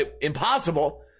Impossible